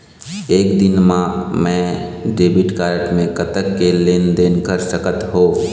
एक दिन मा मैं डेबिट कारड मे कतक के लेन देन कर सकत हो?